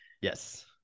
Yes